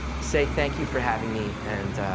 say thank you for having me and